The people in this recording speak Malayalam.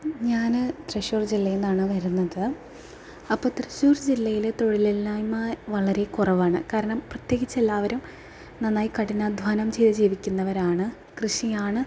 ഞാൻ തൃശ്ശൂർ ജില്ലയിൽ നിന്നാണ് വരുന്നത് അപ്പോൾ തൃശ്ശൂർ ജില്ലയിൽ തൊഴിലില്ലായ്മ വളരെ കുറവാണ് കാരണം പ്രത്യേകിച്ച് എല്ലാവരും നന്നായി കഠിനാധ്വാനം ചെയ്ത് ജീവിക്കുന്നവരാണ് കൃഷിയാണ്